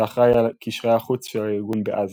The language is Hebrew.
שאחראי על קשרי החוץ של הארגון בעזה.